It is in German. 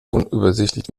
unübersichtlich